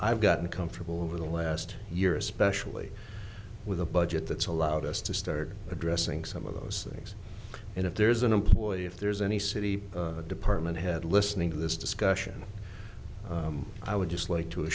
i've gotten comfortable over the last year especially with a budget that's allowed us to start addressing some of those things and if there's an employee if there's any city department head listening to this discussion i would just like to